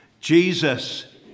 Jesus